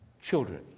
children